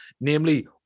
namely